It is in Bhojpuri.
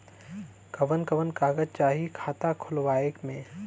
कवन कवन कागज चाही खाता खोलवावे मै?